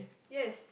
yes